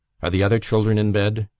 are the other children in bed?